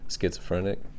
schizophrenic